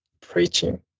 preaching